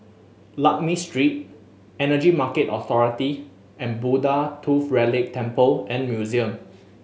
Lakme Street Energy Market Authority and Buddha Tooth Relic Temple and Museum